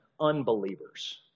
unbelievers